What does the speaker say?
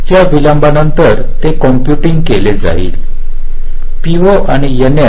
त्या विलंबानंतर ते कॉम्पुटिंग केले जाईल पीओ आणि एनएस